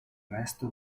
resto